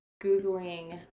googling